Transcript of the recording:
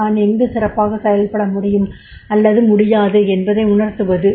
தான் எங்கு சிறப்பாகச் செயல்பட முடியும் அல்லது முடியாது என்பதை உணர்த்துவது